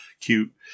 Cute